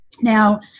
now